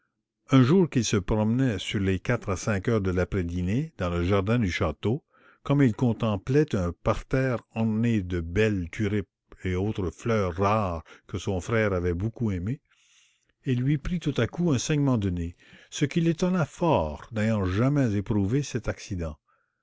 un jour qu'il se promenait sur les quatre à cinq heures de laprès dinée dans le jardin du château comme il contemplait un parterre orné de belles tulipes et autres fleurs rares que son frère avait beaucoup aimées il lui prit tout-à-coup un saignement de nez ce qui l'étonna fort n'ayant jamais éprouvé cet accident